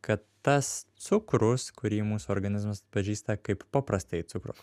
kad tas cukrus kurį mūsų organizmas atpažįsta kaip paprastąjį cukrų